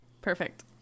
Perfect